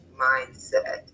mindset